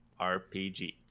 RPG